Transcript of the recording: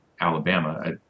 Alabama